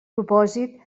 propòsit